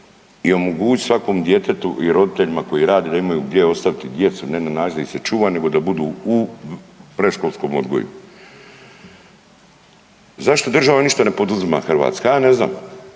i omogućiti svakom djetetu i roditeljima koji rade da imaju gdje ostaviti djecu ne na način da ih se čuva, nego da budu u predškolskom odgoju. Zašto država ništa ne poduzima Hrvatska? Ja ne znam.